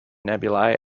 nebulae